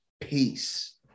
Peace